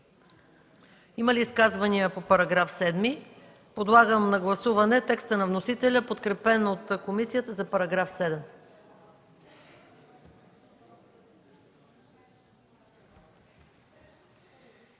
Има ли изказвания по § 7? Подлагам на гласуване текста на вносителя, подкрепен от комисията, за § 7.